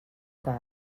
cas